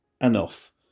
enough